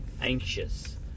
anxious